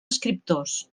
escriptors